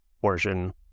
portion